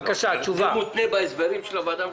זה מותנה בהסברים של הוועדה המשותפת?